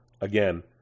Again